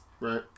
Right